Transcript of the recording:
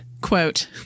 quote